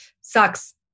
sucks